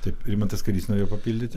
taip rimantas kairys norėjo papildyti